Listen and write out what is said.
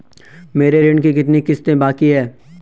मेरे ऋण की कितनी किश्तें बाकी हैं?